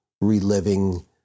reliving